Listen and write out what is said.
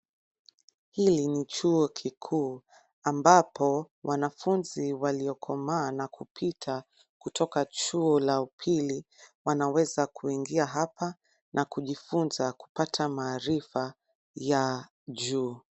Hili ni chuo kikuu ambapo wanafunzi waliokomaa na kupita kutoka chuo la upili, wanaweza kuingia hapa, na kujifunza kupata maarifa ya juu.